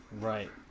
Right